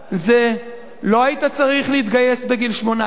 זה: לא היית צריך להתגייס בגיל 18,